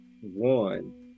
one